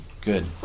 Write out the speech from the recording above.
good